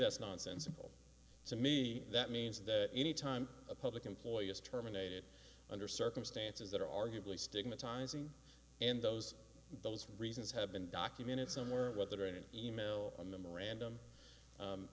that's nonsensical to me that means that any time a public employee is terminated under circumstances that are arguably stigmatizing and those those reasons have been documented somewhere whether in an e mail a memorandum